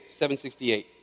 768